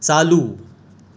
चालू